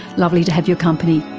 lovely to have your company,